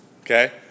okay